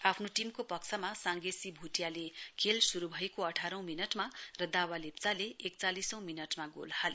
आफ्नो टीमको पक्षमा सांगे सी भुटियाले खेल शुरु भएको अठारौं मिनटमा र दावा लेप्चाले एकचालिसौं मिनटमा गोल हाले